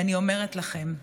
אני אומרת לכם,